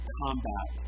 combat